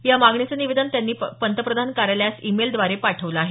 या मागणीचं निवेदन त्यांनी पंतप्रधान कार्यालयास ईमेलद्वारे पाठवलं आहे